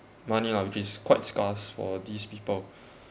money lah which is quite scarce for these people